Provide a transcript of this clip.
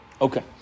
Okay